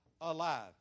alive